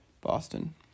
Boston